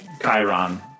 Chiron